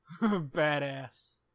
Badass